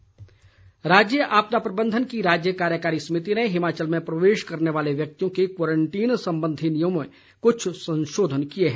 संशोधन राज्य आपदा प्रबंधन की राज्य कार्यकारी समिति ने हिमाचल में प्रवेश करने वाले व्यक्तियों के क्वारंटीन संबंधी नियमों में कुछ संशोधन किए हैं